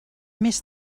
més